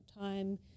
time